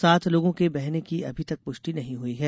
सात लोगों के बहने की अभी तक पुष्टि नहीं हुई है